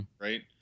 right